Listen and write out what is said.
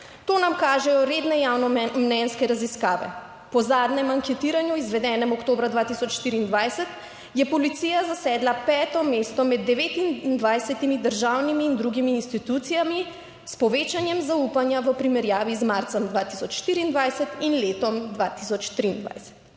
To nam kažejo redne javnomnenjske raziskave. Po zadnjem anketiranju, izvedenem oktobra 2024, je Policija zasedla peto mesto med 29 državnimi in drugimi **76. TRAK: (SC) – 20.00** (nadaljevanje) institucijami s povečanjem zaupanja v primerjavi z marcem 2024 in letom 2023.